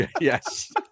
Yes